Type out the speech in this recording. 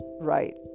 right